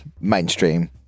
mainstream